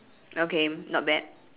okay not bad